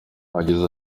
yagize